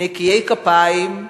נקיי כפיים,